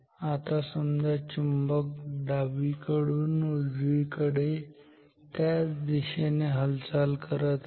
आता समजा चुंबक डावीकडून उजवीकडे त्याच दिशेने हालचाल करत आहे